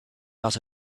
out